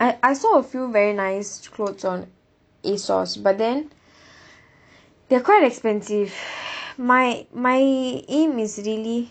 I I saw a few very nice clothes on ASOS but then they are quite expensive my my aim is really